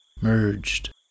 merged